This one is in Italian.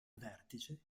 vertice